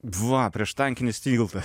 va prieštankinis tiltas